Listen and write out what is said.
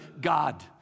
God